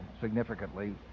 significantly